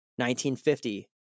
1950